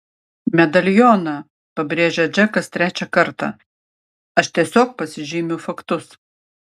medalioną pabrėžė džekas trečią kartą aš tiesiog pasižymiu faktus